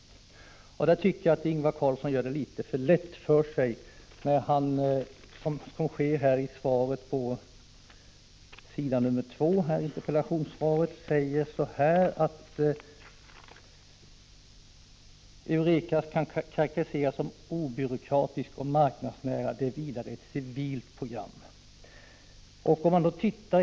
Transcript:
På den punkten tycker jag att Ingvar Carlsson gör det litet för lätt för sig när han säger i interpellationssvaret att EUREKA kan karakteriseras som obyråkratiskt och marknadsnära och vidare att det är ett civilt program.